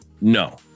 No